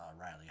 Riley